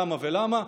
כמה ולמה,